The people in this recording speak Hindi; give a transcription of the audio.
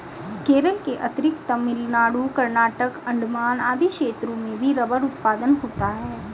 केरल के अतिरिक्त तमिलनाडु, कर्नाटक, अण्डमान आदि क्षेत्रों में भी रबर उत्पादन होता है